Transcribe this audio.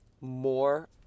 more